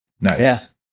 Nice